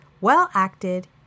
well-acted